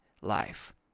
life